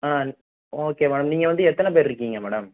ஆ okay madam நீங்கள் வந்து எத்தனை பேர் இருக்கீங்க மேடம்